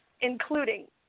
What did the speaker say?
including